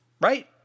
Right